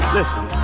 Listen